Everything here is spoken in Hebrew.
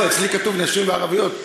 לא, אצלי כתוב "נשים וערביות",